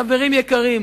חברים יקרים,